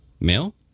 Male